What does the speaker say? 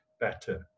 better